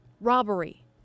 robbery